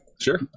sure